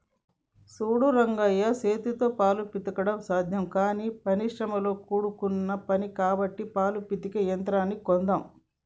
సూడు రంగయ్య సేతితో పాలు పిండడం సాధ్యం కానీ పని శ్రమతో కూడుకున్న పని కాబట్టి పాలు పితికే యంత్రాన్ని కొందామ్